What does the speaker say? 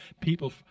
people